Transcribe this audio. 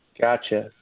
Gotcha